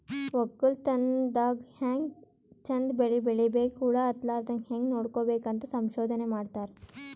ವಕ್ಕಲತನ್ ದಾಗ್ ಹ್ಯಾಂಗ್ ಚಂದ್ ಬೆಳಿ ಬೆಳಿಬೇಕ್, ಹುಳ ಹತ್ತಲಾರದಂಗ್ ಹ್ಯಾಂಗ್ ನೋಡ್ಕೋಬೇಕ್ ಅಂತ್ ಸಂಶೋಧನೆ ಮಾಡ್ತಾರ್